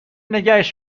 نگهش